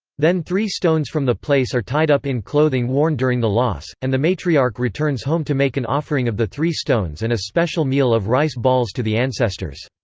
then three stones from the place are tied up in clothing worn during the loss, and the matriarch returns home to make an offering of the three stones and a special meal of rice balls to the ancestors.